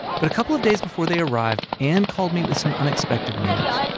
but a couple of days before they arrived, anne called me with some unexpected news.